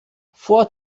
vor